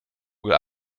vogel